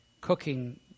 Cooking